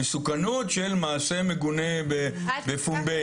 המסוכנות של מעשה מגונה בפומבי.